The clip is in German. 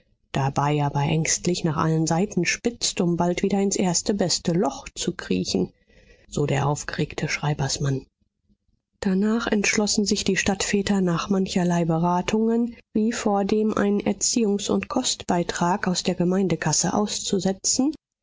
dabei aber ängstlich nach allen seiten spitzt um bald wieder ins erste beste loch zu kriechen so der aufgeregte schreibersmann danach entschlossen sich die stadtväter nach mancherlei beratungen wie vordem einen erziehungs und kostbeitrag aus der gemeindekasse auszusetzen